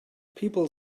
people